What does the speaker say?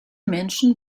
menschen